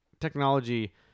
technology